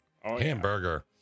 Hamburger